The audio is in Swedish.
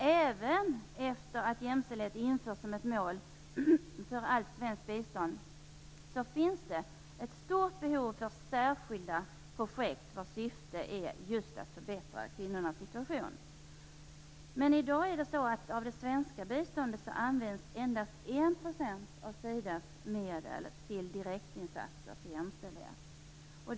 Även efter det att jämställdhet införts som ett mål för allt svenskt bistånd finns det ett stort behov av särskilda projekt vars syfte just är att förbättra kvinnornas situation. Av det svenska biståndet används i dag endast 1 % av Sidas medel till direktinsatser för jämställdhet.